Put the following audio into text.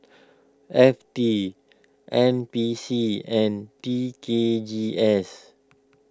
F T N P C and T K G S